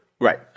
Right